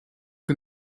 que